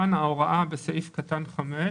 כאן ההוראה בפסקה (5)